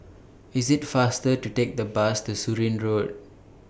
IT IS faster to Take The Bus to Surin Road